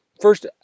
first